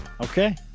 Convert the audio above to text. Okay